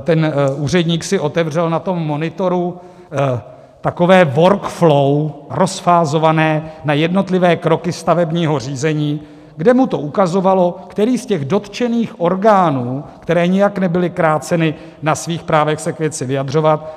Ten úředník si otevřel na monitoru takové workflow rozfázované na jednotlivé kroky stavebního řízení, kde mu to ukazovalo, který z těch dotčených orgánů, které nijak nebyly kráceny na svých právech se k věci vyjadřovat,